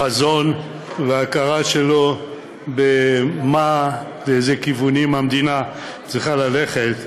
החזון וההכרה שלו במה ובאילו כיוונים המדינה צריכה ללכת,